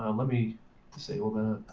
um let me disable that.